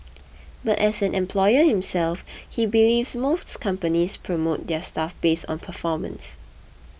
but as an employer himself he believes most companies promote their staff based on performance